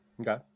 Okay